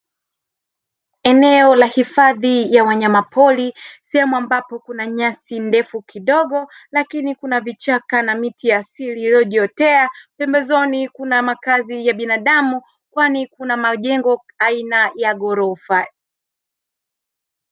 Eneo la hifadhi ya wanyama pori, sehemu ambapo kuna nyasi ndefu, kidogo lakini kuna vichaka na miti ya asili ilioyo jiotea, pembezoni kuna makazi ya binadamu, kwani kuna majengo ya aina ya ghorofa.